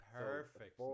perfect